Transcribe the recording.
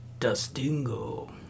Dustingo